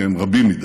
כי הם רבים מדי,